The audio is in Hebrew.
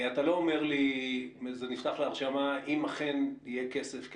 אתה לא אומר לי שזה נפתח להרשמה אם אכן יהיה כסף.